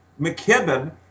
McKibben